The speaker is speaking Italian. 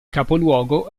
capoluogo